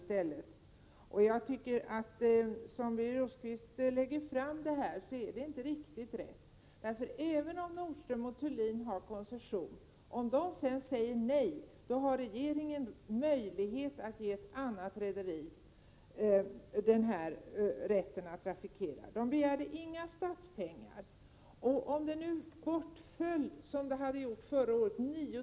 Som Birger Rosqvist lägger fram detta, är det inte helt riktigt. Även om Nordström & Thulin har koncession och sedan säger nej, har regeringen möjlighet att ge ett annat rederi rätten att trafikera. Crown Shipping begärde inga pengar från staten. Om det nu — som det gjorde förra året — bortföll 9 000 passagerare, 129 Prot.